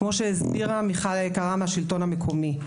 כמו שהסבירה מיכל היקרה מהשלטון המקומי.